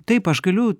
taip aš galiu